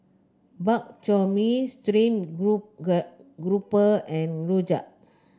Bak Chor Mee stream grouper and rojak